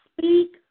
speak